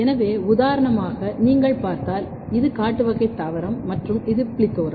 எனவே உதாரணமாக நீங்கள் பார்த்தால் இது காட்டு வகை தாவரம் மற்றும் இது PLETHORA